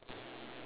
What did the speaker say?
ya